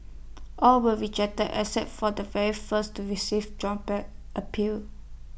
all were rejected except for the very first to revive appeal